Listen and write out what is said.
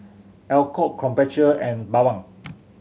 Alcott Krombacher and Bawang